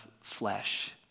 flesh